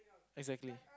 exactly